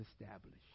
established